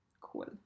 cool